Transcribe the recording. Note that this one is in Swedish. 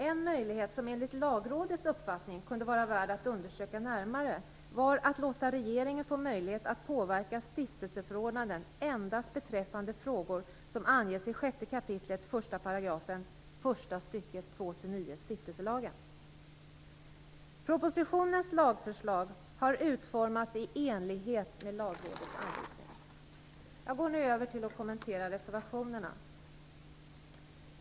En möjlighet som enligt Lagrådets uppfattning kunde vara värd att undersöka närmare var att låta regeringen få möjlighet att påverka stiftelseförordnanden endast beträffande frågor som anges i 6 kap. 1 § första stycket 2-9 stiftelselagen. Propositionens lagförslag har utformats i enlighet med Lagrådets anvisning. Jag går nu över till att kommentera reservationerna.